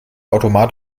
automat